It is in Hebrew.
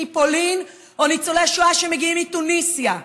מפולין לניצולי שואה שמגיעים מתוניסיה.